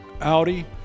Audi